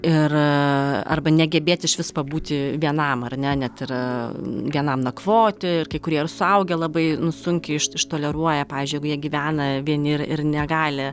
ir arba negebėt išvis pabūti vienam ar ne net ir vienam nakvoti ir kai kurie ir suaugę labai nu sunkiai išt ištoleruoja pavyzdžiui jeigu jie gyvena vieni ir ir negali